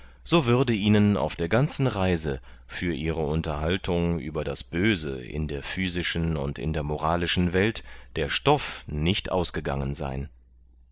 so würde ihnen auf der ganzen reise für ihre unterhaltung über das böse in der physischen und in der moralischen welt der stoff nicht ausgegangen sein